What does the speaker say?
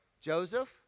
Joseph